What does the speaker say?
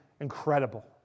incredible